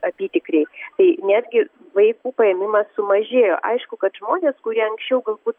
apytikriai tai netgi vaikų paėmimas sumažėjo aišku kad žmonės kurie anksčiau galbū